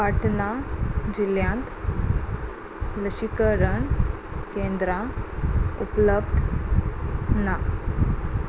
पाटना जिल्ल्यांत लशीकरण केंद्रां उपलब्ध ना